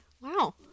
Wow